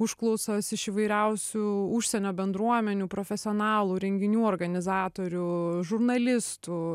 užklausos iš įvairiausių užsienio bendruomenių profesionalų renginių organizatorių žurnalistų